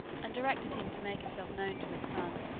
and directed him to make himself known to his son.